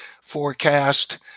forecast